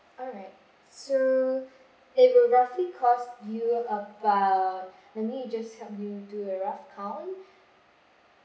alright so it will roughly cost you about let me just help do a rough count